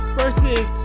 versus